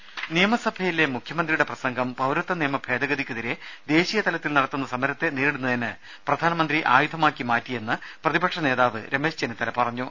രേര നിയമസഭയിലെ മുഖ്യമന്ത്രിയുടെ പ്രസംഗം പൌരത്വ നിയമ ഭേദഗതിക്കെതിരെ ദേശീയ തലത്തിൽ നടത്തുന്ന സമരത്തെ നേരിടുന്നതിന് പ്രധാനമന്ത്രി ആയുധമാക്കിമാറ്റിയെന്ന് പ്രതിപക്ഷ നേതാവ് രമേശ് ചെന്നിത്തല പറഞ്ഞു